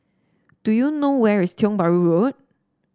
do you know where is Tiong Bahru Road